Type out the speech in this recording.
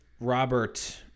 Robert